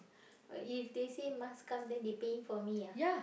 but if they say must come them they paying for me ah